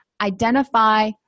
identify